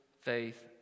faith